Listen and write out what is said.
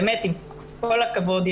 באמת, עם כל הכבוד,